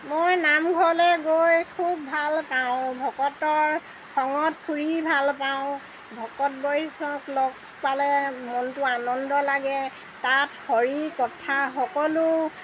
মই নামঘৰলৈ গৈ খুব ভাল পাওঁ ভকতৰ সঙত ফুৰি ভাল পাওঁ ভকত বৈষ্ণৱ লগ পালে মনটো আনন্দ লাগে তাত হৰি কথা সকলো